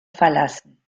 verlassen